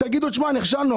תגידו שנכשלתם.